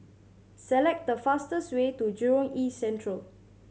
select the fastest way to Jurong East Central